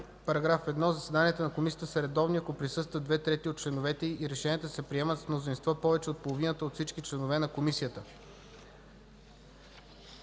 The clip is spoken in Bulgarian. така: „(1) Заседанията на Комисията са редовни, ако присъстват две трети от членовете й, и решенията се приемат с мнозинство повече от половината от всички членове на Комисията”.”